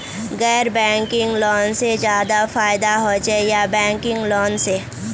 गैर banking loan से ज्यादा फायदा होचे या बैंकिंग लोन से?